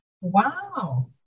Wow